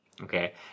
Okay